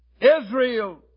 Israel